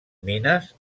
mines